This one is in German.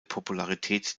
popularität